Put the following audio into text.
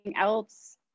else